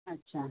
अच्छा